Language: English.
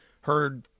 heard